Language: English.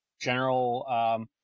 general